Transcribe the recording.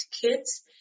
kids